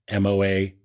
MOA